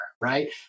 right